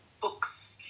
books